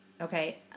Okay